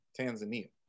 Tanzania